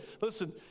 Listen